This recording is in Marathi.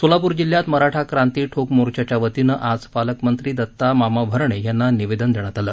सोलापूर जिल्ह्यात मराठा क्रांती ठोक मोर्चाच्या वतीनं आज पालकमंत्री दत्ता मामा भरणे यांना निवेदन देण्यात आलं